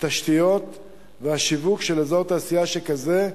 התשתיות והשיווק של אזור תעשייה שכזה,